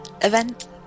event